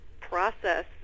process